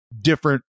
different